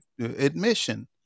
admission